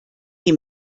die